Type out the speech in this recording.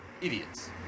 idiots